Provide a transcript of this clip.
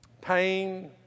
pain